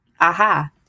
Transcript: aha